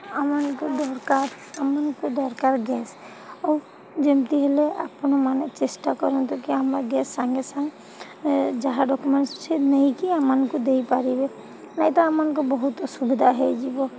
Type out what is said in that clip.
ଆମମାନଙ୍କୁ ଦରକାର ଆମମାନଙ୍କୁ ଦରକାର ଗ୍ୟାସ୍ ଆଉ ଯେମିତି ହେଲେ ଆପଣମାନେ ଚେଷ୍ଟା କରନ୍ତୁ କି ଆମ ଗ୍ୟାସ୍ ସାଙ୍ଗେସାଙ୍ଗେ ଯାହା ଡକୁମେଣ୍ଟ୍ସ ଅଛି ନେଇକି ଆମମାନଙ୍କୁ ଦେଇପାରିବେ ନାଇଁ ତ ଆମମାନଙ୍କୁ ବହୁତ ଅସୁବିଧା ହେଇଯିବ